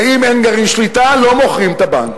ואם אין גרעין שליטה, לא מוכרים את הבנק,